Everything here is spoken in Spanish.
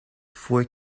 fue